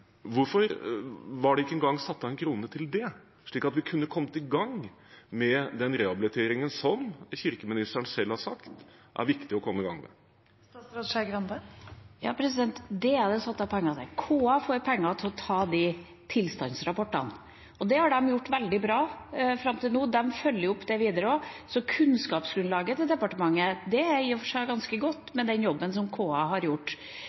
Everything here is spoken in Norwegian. Hvorfor var det ikke engang satt av en krone til det, slik at vi kunne kommet i gang med den rehabiliteringen som kirkeministeren selv har sagt er viktig å komme i gang med? Det er det satt av penger til. KA får penger til å ta de tilstandsrapportene. Det har de gjort veldig bra fram til nå, og de følger det også opp videre. Så kunnskapsgrunnlaget for departementet er i og for seg ganske godt med den jobben som KA har gjort